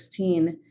2016